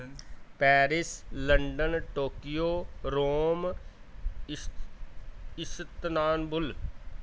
Paris London Tokyo Rome ਇਸ Istanbul